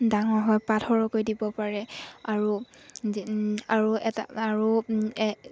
ডাঙৰ হয় পাত সৰহকৈ দিব পাৰে আৰু আৰু এটা আৰু